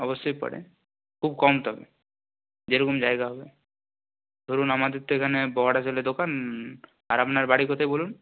অবশ্যই পড়ে খুব কম তবে যে রকম জায়গা হবে ধরুন আমাদের তো এখানে দোকান আর আপনার বাড়ি কোথায় বলুন